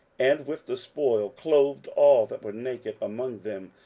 and with the spoil clothed all that were naked among them,